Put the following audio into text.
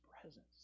presence